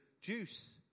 juice